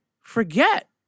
forget